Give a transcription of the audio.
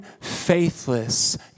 faithless